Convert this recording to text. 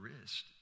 wrist